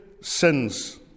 sins